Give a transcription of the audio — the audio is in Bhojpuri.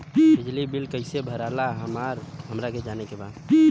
बिजली बिल कईसे भराला हमरा के जाने के बा?